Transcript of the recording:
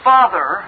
Father